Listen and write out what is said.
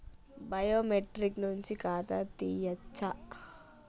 Biometric నుంచి ఖాతా తీయచ్చా?